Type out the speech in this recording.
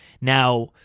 now